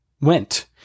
went